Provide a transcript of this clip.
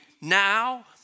now